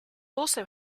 also